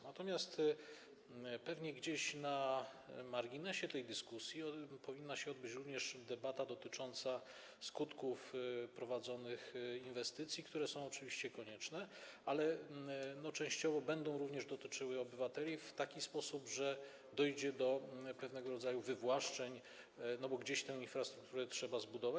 Natomiast pewnie gdzieś na marginesie tej dyskusji powinna się odbyć również debata dotycząca skutków prowadzonych inwestycji, które są oczywiście konieczne, ale częściowo będą również dotyczyły obywateli w taki sposób, że dojdzie do pewnego rodzaju wywłaszczeń, bo gdzieś tę infrastrukturę trzeba zbudować.